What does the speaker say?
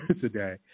today